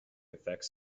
effects